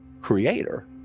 creator